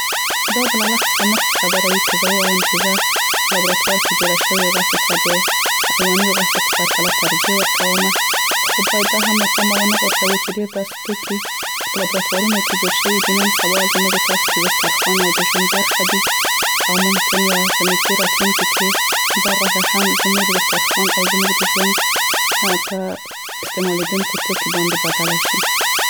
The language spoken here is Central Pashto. دا به له وخت څخه مخکې خبره وي، که زه ووایمه چې زه په لابراتوار کې جوړه شوې غوښې ته د حیواني غوښه په پرتله ترجیح ورکومه، خو باید دا هم له پامه ونه غورځو چې ډیر داسې توکي چې په لابراتوارونو کې جوړ شوي دي نن سبا زموږ او تاسې د دسترخوان او د ژوند برخه دي. او ممکن یا په نیږدې راتلونکي کې دا غوښه هم زموږ د دسترخوان او زموږ د ژوند په استعمالیدونکو توکو باندې دله شي.